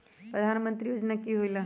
प्रधान मंत्री योजना कि होईला?